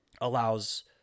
allows